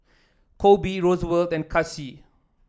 Koby Roosevelt and Kacie